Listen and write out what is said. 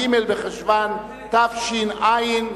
ג' בחשוון תשע"א.